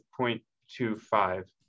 0.25